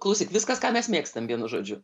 klausyk viskas ką mes mėgstam vienu žodžiu